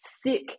sick